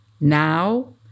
NOW